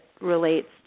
relates